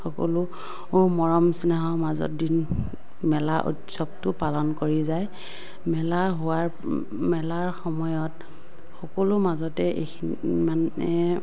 সকলো মৰম চেনেহৰ মাজত দিন মেলা উৎসৱটো পালন কৰি যায় মেলা হোৱাৰ মেলাৰ সময়ত সকলো মাজতে এইখিনি মানে